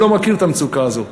הוא לא מכיר את המצוקה הזו.